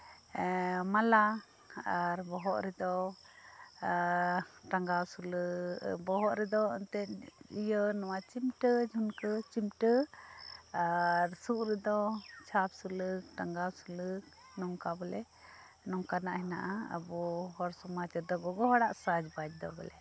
ᱮᱸᱫ ᱢᱟᱞᱟ ᱟᱨ ᱵᱚᱦᱚᱜ ᱨᱮᱫᱚ ᱮᱸᱫ ᱴᱟᱸᱜᱟᱣ ᱥᱩᱞᱟᱹ ᱮᱸᱫ ᱵᱚᱦᱚᱜ ᱨᱮᱫᱚ ᱮᱱᱛᱮᱫ ᱤᱭᱟᱹ ᱱᱚᱶᱟ ᱪᱤᱢᱴᱟᱹ ᱡᱷᱩᱱᱠᱟᱹ ᱪᱤᱢᱴᱟ ᱟᱨ ᱥᱩᱫ ᱨᱮᱫᱚ ᱪᱟᱠ ᱥᱩᱞᱟᱹᱠ ᱴᱟᱸᱜᱟᱣ ᱥᱩᱞᱟᱹᱠ ᱱᱚᱝᱠᱟ ᱵᱚᱞᱮ ᱱᱚᱝᱠᱟᱱᱟᱜ ᱦᱮᱱᱟᱜᱼᱟ ᱟᱵᱚ ᱦᱚᱲ ᱥᱚᱢᱟᱡᱽ ᱨᱮᱫᱚ ᱜᱚᱜᱚ ᱦᱚᱲᱟᱜ ᱥᱟᱡᱽᱼᱵᱟᱡᱽ ᱫᱚ ᱵᱚᱞᱮ